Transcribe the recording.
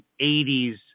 80s